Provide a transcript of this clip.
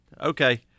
Okay